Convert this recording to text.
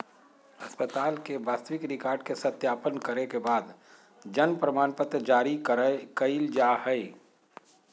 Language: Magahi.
अस्पताल के वास्तविक रिकार्ड के सत्यापन करे के बाद जन्म प्रमाणपत्र जारी कइल जा हइ